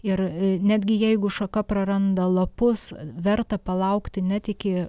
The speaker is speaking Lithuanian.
ir netgi jeigu šaka praranda lapus verta palaukti net iki